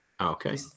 okay